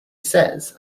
says